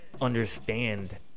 understand